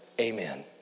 Amen